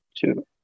two